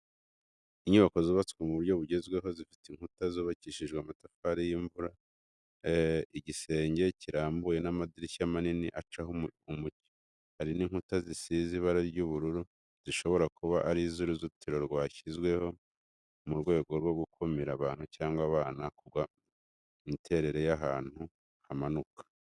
Inyubako zubatswe mu buryo bugezweho, zifite inkuta zubakishijwe amatafari y’imvura, igisenge kirambuye n’amadirishya manini acaho umucyo. Hari n’inkuta zisize ibara ry’ubururu zishobora kuba ari uruzitiro rwarashyizweho mu rwego rwo gukumira abantu cyangwa abana kugwa mu miterere y’ahantu hamanuka.